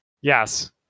yes